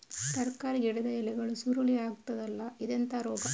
ತರಕಾರಿ ಗಿಡದ ಎಲೆಗಳು ಸುರುಳಿ ಆಗ್ತದಲ್ಲ, ಇದೆಂತ ರೋಗ?